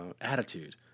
attitude